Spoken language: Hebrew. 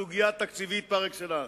סוגיה תקציבית פר-אקסלנס.